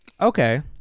Okay